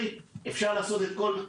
אפשר לעשות הכול.